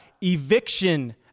eviction